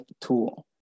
tool